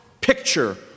picture